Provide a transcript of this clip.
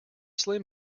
slim